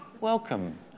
Welcome